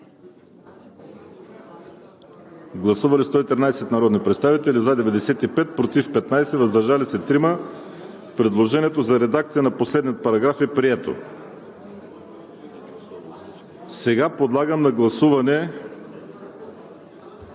Гласували 113 народни представители, за 95, против 15, въздържали се 3. Предложението за редакция на последния параграф е прието. Подлагам на гласуване